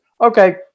Okay